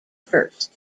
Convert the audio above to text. first